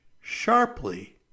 sharply